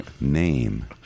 Name